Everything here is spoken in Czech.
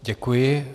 Děkuji.